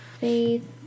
Faith